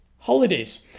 Holidays